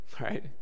right